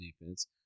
defense